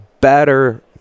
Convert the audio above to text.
better